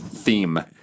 Theme